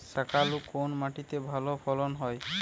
শাকালু কোন মাটিতে ভালো ফলন হয়?